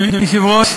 אדוני היושב-ראש,